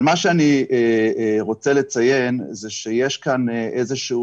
אבל מה שאני רוצה לציין זה שיש כאן איזה שהוא